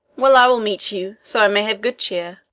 well i will meet you, so i may have good cheer.